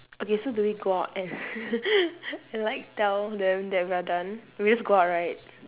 okay so do we go out and and like tell them that we are done we just go out right